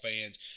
fans